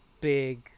big